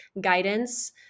guidance